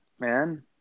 man